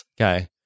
Okay